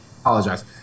Apologize